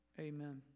Amen